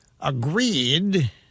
agreed